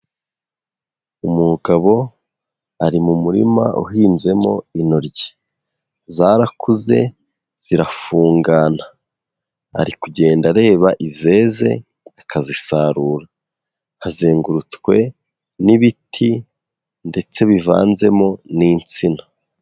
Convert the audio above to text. Umugabo ari mu murima uhinzemo intoryi, zarakuze zirafungana, ari kugenda areba izeze akazisarura, hazengurutswe n'ibiti ndetse bivanzemo n'insina.